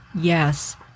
Yes